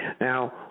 Now